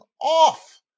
off